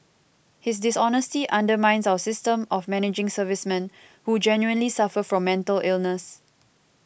his dishonesty undermines our system of managing servicemen who genuinely suffer from mental illness